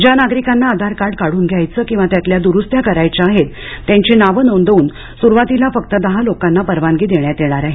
ज्या नागरिकांना आधारकार्ड काढून घ्यायचे किंवा त्यातल्या दुरुस्त्या करायच्या आहेत त्यांची नावे नोंदवून सुरवातीला फक्त दहा लोकांना परवानगी देण्यात येणार आहे